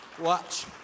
Watch